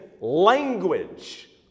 language